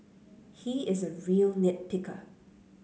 he is a real nit picker